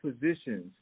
positions